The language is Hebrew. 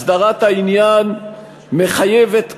הסדרת העניין מחייבת,